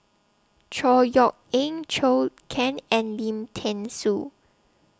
Chor Yeok Eng Chou Can and Lim Thean Soo